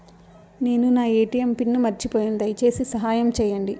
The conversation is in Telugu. నేను నా ఎ.టి.ఎం పిన్ను మర్చిపోయాను, దయచేసి సహాయం చేయండి